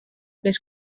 les